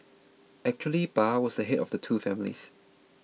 actually Pa was the head of two families